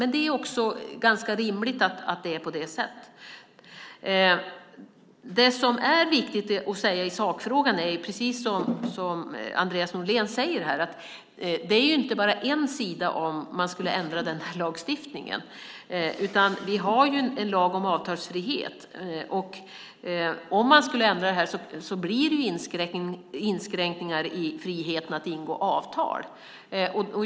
Men det är också ganska rimligt att det är på det sättet. Det som är viktigt att säga i sakfrågan är precis det som Andreas Norlén säger, nämligen att det inte bara är en sida om man skulle ändra denna lagstiftning. Vi har en lag om avtalsfrihet. Om man skulle ändra detta blir det inskränkningar i friheten att ingå avtal.